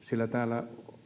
sillä